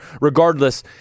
regardless